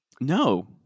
No